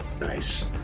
nice